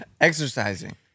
Exercising